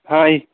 ਹਾਂ ਜੀ